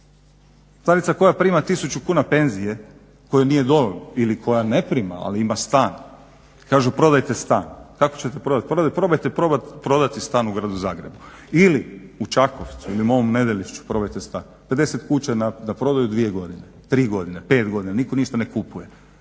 Starica koja prima 1000 kuna penzije … ili koja ne prima, ali ima stan. Kažu prodajte stan, kako ćete prodat, probajte prodati stan u Gradu Zagrebu ili u Čakovcu ili mom Nedelišću probajte …, 50 kuća je na prodaju 2 godine, 3 godine, 5 godina, nitko ništa ne kupuje.